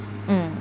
mm